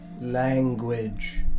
Language